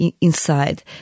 inside